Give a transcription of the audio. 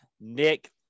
Nick